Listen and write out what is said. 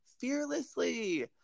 fearlessly